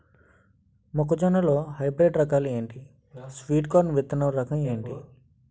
మొక్క జొన్న లో హైబ్రిడ్ రకాలు ఎంటి? స్వీట్ కార్న్ విత్తన రకం ఏంటి?